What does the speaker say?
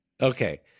Okay